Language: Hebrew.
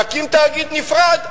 נקים תאגיד נפרד.